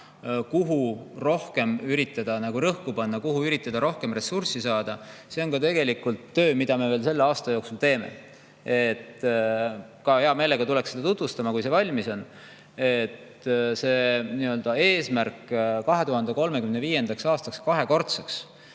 kuhu rohkem üritada rõhku panna, kuhu üritada rohkem ressurssi saada, on tegelikult töö, mida me veel selle aasta jooksul teeme. Hea meelega tuleks seda tutvustama, kui see valmis on. See eesmärk [SKP kasv] 2035. aastaks kahekordseks